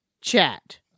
chat